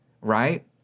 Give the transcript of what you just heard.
right